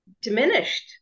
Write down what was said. diminished